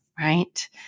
right